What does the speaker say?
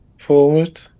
forward